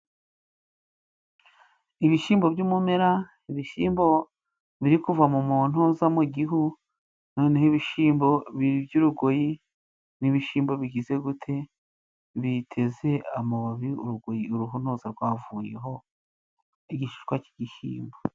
Ibishimbo by'umumera, ibishimbo biri kuva mu muntuza mu gihu, noneho ibishimbo by'urugoyi n'ibishimbo bigize gute, biteze amababi urugoyi uruhunoza rwavuyeho n'igishishwa cy'igishimbo.